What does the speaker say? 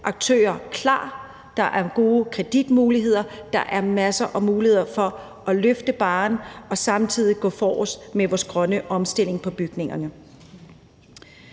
aktører klar, der er gode kreditmuligheder, og der er masser af muligheder for at løfte barren og samtidig gå forrest med vores grønne omstilling på bygningerne.